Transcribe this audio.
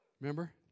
Remember